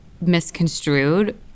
misconstrued